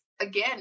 again